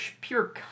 pure